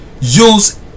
use